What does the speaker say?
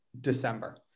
December